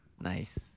Nice